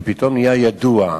פתאום זה נהיה ידוע.